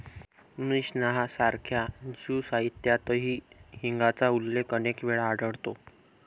Mishnah सारख्या Jew साहित्यातही हिंगाचा उल्लेख अनेक वेळा आढळतो